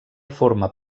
forma